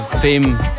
Fame